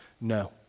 No